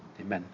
Amen